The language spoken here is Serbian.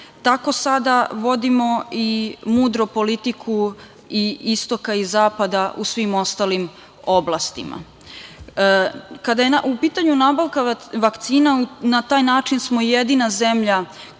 tako sada vodimo i mudro politiku i istoka i zapada u svim ostalim oblastima. Kada je u pitanju nabavka vakcina, na taj način smo jedina zemlja koja